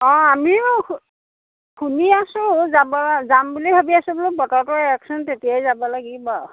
অঁ আমিও শু শুনি আছোঁ যাব যাম বুলি ভাবি আছোঁ বোলো বতৰটো এৰকচোন তেতিয়াই যাব লাগিব